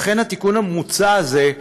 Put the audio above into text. אכן התיקון המוצע הזה,